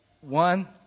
One